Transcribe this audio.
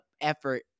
effort